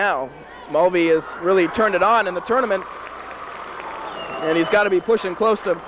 now mobius really turned it on in the tournament live and he's got to be pushing close